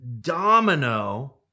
domino